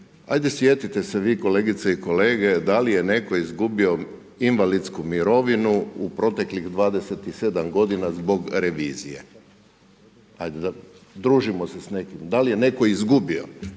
ajde sjetite se vi kolegice i kolege, da li je netko izgubio invalidsku mirovinu, u proteklih 27 g. zbog revizije? Ajde, družimo se s nekim, da li je netko izgubio?